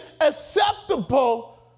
acceptable